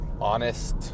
honest